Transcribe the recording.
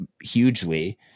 hugely